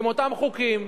עם אותם חוקים,